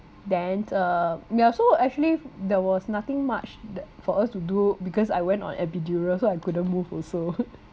then uh ya also actually there was nothing much that for us to do because I went on epidural so I couldn't move also